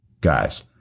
guys